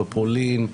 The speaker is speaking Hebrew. בפולין,